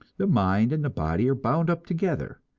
the mind and the body are bound up together,